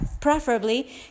preferably